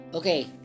Okay